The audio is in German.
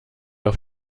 auf